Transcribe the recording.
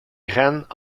graines